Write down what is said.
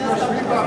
תשאל את היושב-ראש,